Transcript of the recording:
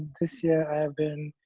this year, i have been